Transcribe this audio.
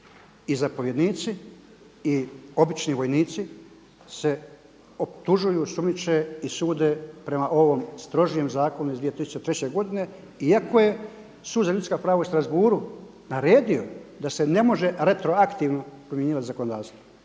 i zapovjednici i obični vojnici se optužuju, sumnjiče i sude prema ovom strožijem zakonu iz 2003. godine iako je Sud za ljudska prava u Strasbourgu naredio da se ne može retroaktivno primjenjivati zakonodavstvo.